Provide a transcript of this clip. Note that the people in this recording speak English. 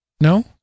No